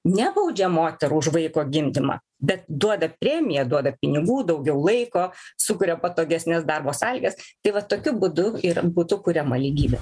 nebaudžia moterų už vaiko gimdymą bet duoda premiją duoda pinigų daugiau laiko sukuria patogesnes darbo sąlygas tai va tokiu būdu ir būtų kuriama lygybė